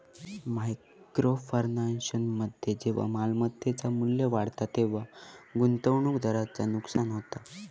micro फायनान्समध्ये जेव्हा मालमत्तेचा मू्ल्य वाढता तेव्हा गुंतवणूकदाराचा नुकसान होता